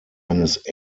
eines